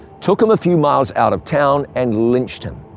took him a few miles out of town, and lynched him.